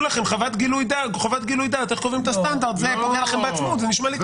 לכם חובת גילוי דעת איך קובעים את הסטנדרט,